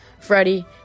Freddie